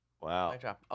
Wow